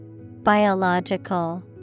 Biological